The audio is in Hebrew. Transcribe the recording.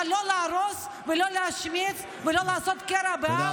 אבל לא להרוס ולא להשמיץ ולא לעשות קרע בעם,